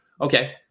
Okay